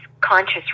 conscious